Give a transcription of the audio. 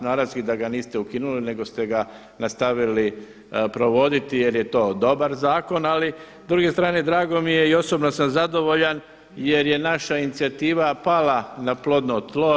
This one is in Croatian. Naravski da ga niste ukinuli nego ste ga nastavili provoditi jer je to dobar zakona, ali s druge strane drago mi je i osobno sam zadovoljan jer je naša inicijativa pala na plodno tlo.